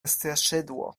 straszydło